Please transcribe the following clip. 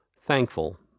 thankful